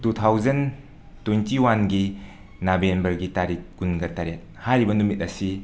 two thousand twenty one ꯒꯤ ꯅꯕꯦꯝꯕꯔꯒꯤ ꯇꯥꯔꯤꯛ ꯀꯨꯟꯒ ꯇꯔꯦꯠ ꯍꯥꯏꯔꯤꯕ ꯅꯨꯃꯤꯠ ꯑꯁꯤ